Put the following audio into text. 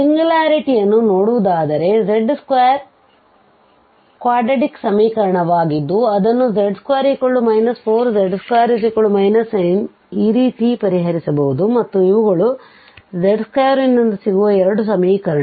ಸಿಂಗ್ಯುಲಾರಿಟಿಯನ್ನುsingularities ನೋಡುವುದಾದರೆ z2 quadratic ಸಮೀಕರಣವಾಗಿದ್ದುಅದನ್ನುz2 4 z2 9ಈ ರೀತಿ ಪರಿಹರಿಸಬಹುದು ಮತ್ತು ಇವುಗಳು z2ನಿಂದ ಸಿಗುವ ಎರಡು ಸಮೀಕರಣಗಳು